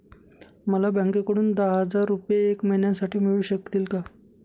मला बँकेकडून दहा हजार रुपये एक महिन्यांसाठी मिळू शकतील का?